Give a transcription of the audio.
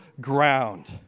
ground